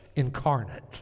incarnate